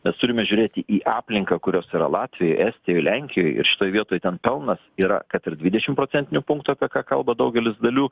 mes turime žiūrėti į aplinką kurios yra latvijoj estijoj lenkijoj ir šitoj vietoj ten pelnas yra kad ir dvidešim procentinių punktų apie ką kalba daugelis dalių